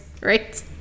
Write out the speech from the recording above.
right